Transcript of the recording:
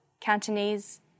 Cantonese